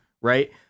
right